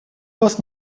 вас